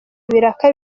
ibiraka